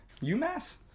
UMass